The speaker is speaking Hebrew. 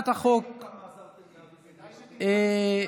ראינו כמה עזרתם, אתם, לאבי זינגר.